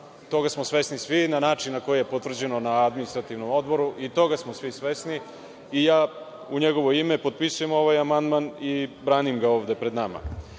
toga smo svesni svi, na način na koji je potvrđeno na Administrativnom odboru, i toga smo svi svesni. Ja u njegovo ime potpisujem ovaj amandman i branim ga ovde pred